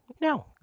No